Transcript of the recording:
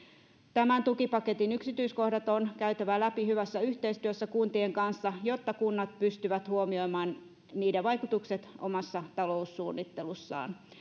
tämän tukipaketin yksityiskohdat on käytävä läpi hyvässä yhteistyössä kuntien kanssa jotta kunnat pystyvät huomioimaan niiden vaikutukset omassa taloussuunnittelussaan